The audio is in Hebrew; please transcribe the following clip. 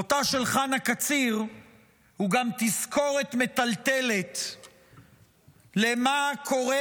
מותה של חנה קציר הוא גם תזכורת מטלטלת למה שקורה